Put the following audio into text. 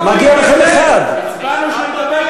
אתם נותנים לחברת הכנסת מיכל רוזין להירשם לדיון,